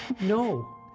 No